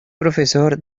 profesor